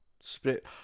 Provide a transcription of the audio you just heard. Spit